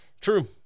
True